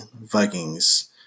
Vikings